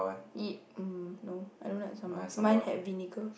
ye~ um no I don't like sambal mine had vinegar